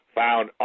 found